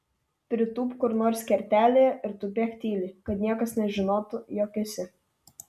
pritūpk kur nors kertelėje ir tupėk tyliai kad niekas nežinotų jog esi